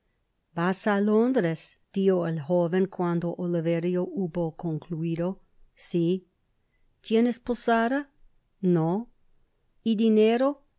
londres dijo el joven cuando oliverio hubo concluido si h i tienes posada no y dinero